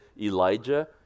Elijah